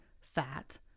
fat